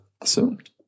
assumed